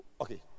Okay